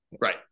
right